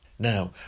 Now